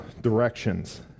directions